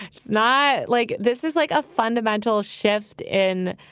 it's not like this is like a fundamental shift in